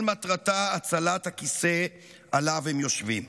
מטרתה היא הצלת הכיסא שעליו הם יושבים.